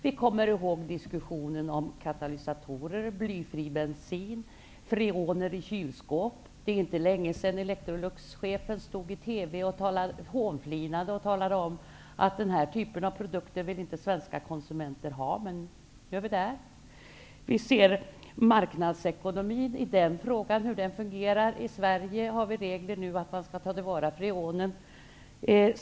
Vi kommer ihåg diskussionerna om katalysatorer, blyfri bensin, freoner i kylskåp. Det är inte länge sedan Electroluxchefen hånflinande i TV talade om att svenska konsumenter inte ville ha den typen av produkter. Men nu är vi där. När det gäller marknadsekonomin i den frågan fungerar det så att vi i Sverige har regler som säger att man skall ta hand om freonet.